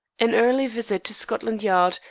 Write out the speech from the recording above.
an early visit to scotland yard,